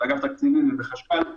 אגף תקציבים וחשכ"ל,